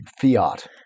Fiat